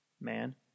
man